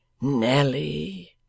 Nelly